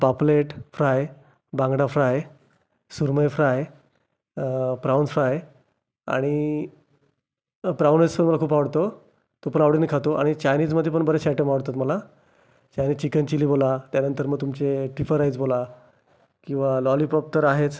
पापलेट फ्राय बांगडा फ्राय सुरमय फ्राय प्रॉन्स फ्राय आणि प्रॉन राईस पण मला खूप आवडतो तो पण आवडीने खातो चायनीजमध्ये पण बरेचसे ॲटम आवडतात मला चायनीज चिकन चिली बोला त्यानंतर मग तुमचे ट्रिपल राईस बोला किवा लॉलीपॉप तर आहेच